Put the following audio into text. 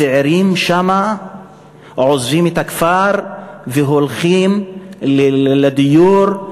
הצעירים עוזבים את הכפר והולכים לדיור,